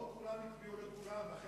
רבותי חברי הכנסת,